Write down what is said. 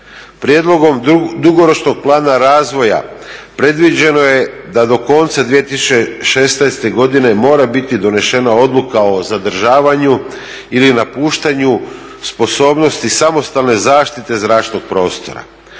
prijedlogom dugoročnog plana razvoja predviđeno je da do konca 2016. godine mora biti donešena odluka o zadržavanju ili napuštanju sposobnosti samostalne zaštite zračnog prostora.